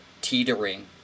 teetering